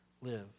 live